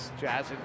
Jazz